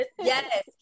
Yes